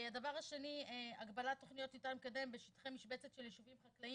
דבר שני הגבלת תכניות ניתן לקדם בשטחי משבצת של יישובים חקלאיים